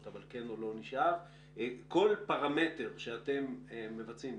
אבל כן או לא נשאב כל פרמטר שאתם מבצעים,